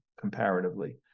comparatively